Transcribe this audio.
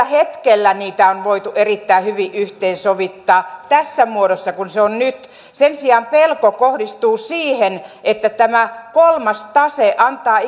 hetkellä niitä on voitu erittäin hyvin yhteensovittaa tässä muodossa kuin se on nyt sen sijaan pelko kohdistuu siihen että tämä kolmas tase antaa